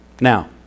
Now